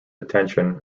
attention